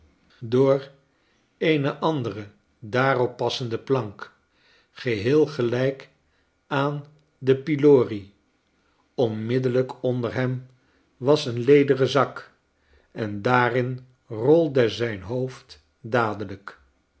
door eene andere daarop passende plank geheel gelijk aan de pillory onmiddellijk onder hem was een lederen zak en daarin rolde zijn hoofd dadelijk